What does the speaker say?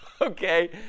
Okay